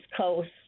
coast